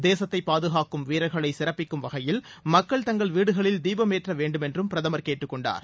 தேசத்தை பாதுகாக்கும் வீரர்களை சிறப்பிக்கும் வகையில் மக்கள் தங்கள் வீடுகளில் தீபம் ஏற்ற வேண்டும் என்றும் பிரதமர் கேட்டுக் கொண்டார்